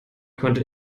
konnte